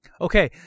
Okay